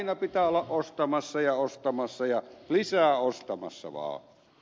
aina pitää olla ostamassa ja ostamassa ja lisää ostamassa vaan